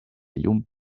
llum